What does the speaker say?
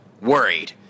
worried